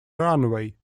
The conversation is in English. runway